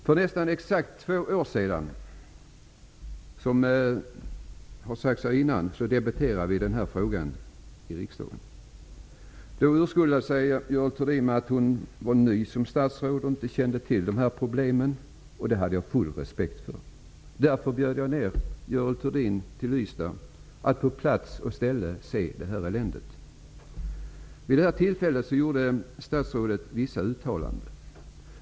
För nästan exakt två år sedan debatterade vi den här frågan i riksdagen. Då urskuldade sig Görel Thurdin med att hon var ny som statsråd och inte kände till de här problemen. Det hade jag full respekt för. Jag bjöd därför ner Görel Thurdin till Ystad för att hon på plats skulle få se eländet. Vid det tillfället gjorde statsrådet vissa uttalanden.